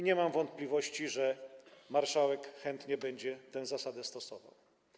Nie mam wątpliwości, że marszałek chętnie będzie tę zasadę stosował.